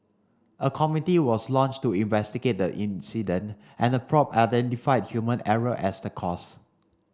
a committee was launched to investigate the incident and the probe identified human error as the cause